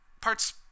parts